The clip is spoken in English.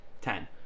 Ten